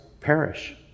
perish